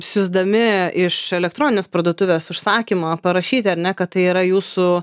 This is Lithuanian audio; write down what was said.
siųsdami iš elektroninės parduotuvės užsakymą parašyti ar ne kad tai yra jūsų